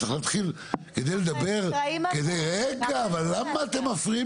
לפעמים דברים נשמעים